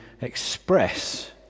express